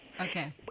Okay